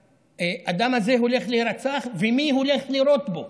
שהאדם הזה הולך להירצח ומי הולך לירות בו,